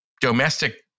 domestic